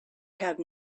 have